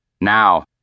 Now